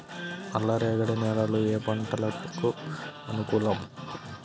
నల్లరేగడి నేలలు ఏ పంటలకు అనుకూలం?